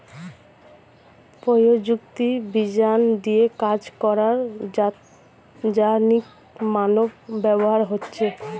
প্রযুক্তি বিজ্ঞান দিয়ে কাজ করার যান্ত্রিক মানব ব্যবহার হচ্ছে